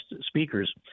speakers